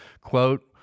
quote